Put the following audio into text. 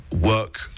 work